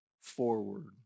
forward